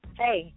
hey